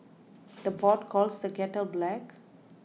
the pot calls the kettle black